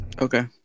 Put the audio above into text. Okay